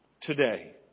today